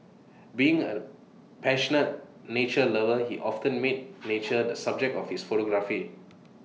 being A passionate nature lover he often made nature the subject of his photography